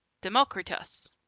Democritus